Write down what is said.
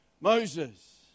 Moses